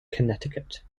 connecticut